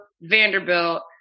Vanderbilt